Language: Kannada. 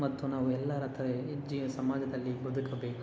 ಮತ್ತು ನಾವು ಎಲ್ಲರ ಥರ ಈ ಜೀ ಸಮಾಜದಲ್ಲಿ ಬದುಕಬೇಕು